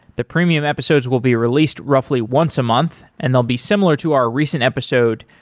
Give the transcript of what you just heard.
the premium episodes will be released roughly once a month and they'll be similar to our recent episode,